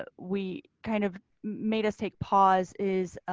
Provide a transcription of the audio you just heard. but we kind of made us take pause is.